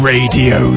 Radio